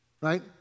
Right